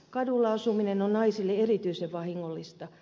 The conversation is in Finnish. kadulla asuminen on naisille erityisen vahingollista